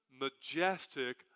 majestic